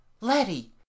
Letty